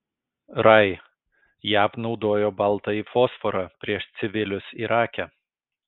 rai jav naudojo baltąjį fosforą prieš civilius irake